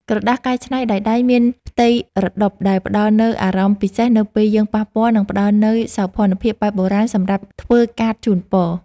ក្រដាសកែច្នៃដោយដៃមានផ្ទៃរដុបដែលផ្ដល់នូវអារម្មណ៍ពិសេសនៅពេលយើងប៉ះពាល់ និង ផ្ដល់នូវសោភ័ណភាពបែបបុរាណសម្រាប់ធ្វើកាតជូនពរ។